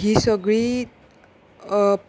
ही सगळी